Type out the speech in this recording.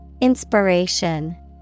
Inspiration